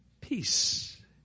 peace